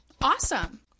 Awesome